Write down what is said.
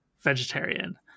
vegetarian